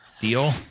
deal